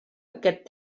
aquest